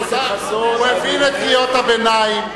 הוא הבין את קריאות הביניים.